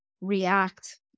react